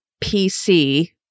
PC